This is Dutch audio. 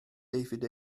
dvd